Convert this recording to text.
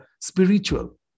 spiritual